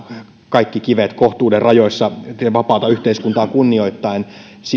kaikki kivet kohtuuden rajoissa vapaata yhteiskuntaa kunnioittaen